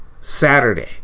Saturday